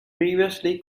previously